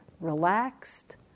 relaxed